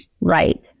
right